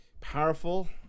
Powerful